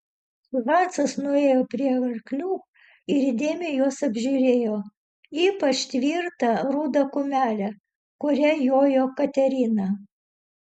hansas nuėjo prie arklių ir įdėmiai juos apžiūrėjo ypač tvirtą rudą kumelę kuria jojo katerina